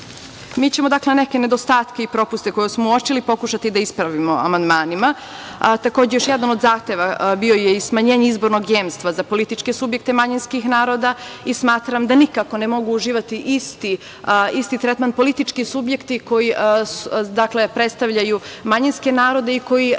ćemo neke nedostatke i propuste koje smo uočili pokušati da ispravim amandmanima. Takođe, još jedan od zahteva bio je i smanjenje izbornog jemstva za političke subjekte manjinskih naroda. Smatram da nikako ne mogu uživati isti tretman politički subjekti koji predstavljaju manjinske narode i koji